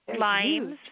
Limes